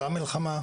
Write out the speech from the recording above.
אותה מלחמה,